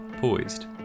Poised